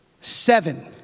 Seven